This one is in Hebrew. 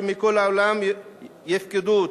שמכל העולם יפקדו אותו.